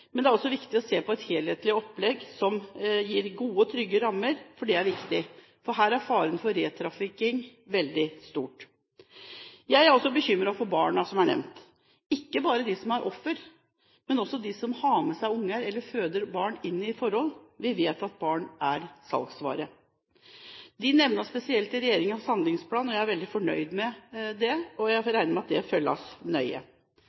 Det er også viktig å se på et helhetlig opplegg som gir gode og trygge rammer, for det er viktig. Her er faren for retrafficking veldig stor. Jeg er også bekymret for barna som er nevnt – ikke bare de som er ofre, men også de som er med foreldre eller blir født inn i forhold. Vi vet at barn er salgsvare. De nevnes spesielt i regjeringens handlingsplan, og jeg er veldig fornøyd med det. Jeg regner med at det følges nøye